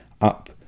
up